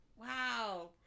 Wow